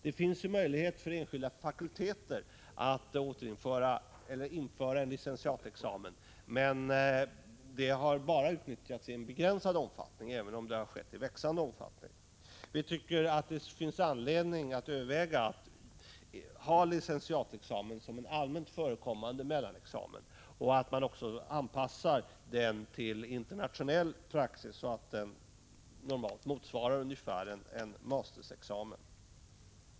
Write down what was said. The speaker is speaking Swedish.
Det finns ju möjlighet för enskilda fakulteter att införa en licentiatexamen, och detta har utnyttjats i växande men dock begränsad omfattning. Enligt vår mening finns det anledning att överväga att införa licentiatexamen som en allmänt förekommande mellanexamen och att därvid också anpassa den till internationell praxis, så att den normalt motsvarar ungefär en masterexamen.